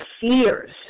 fears